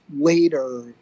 later